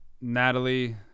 Natalie